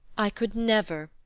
i could never,